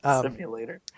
Simulator